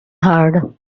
heard